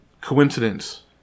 coincidence